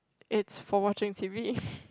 it's for watching t_v